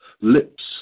lips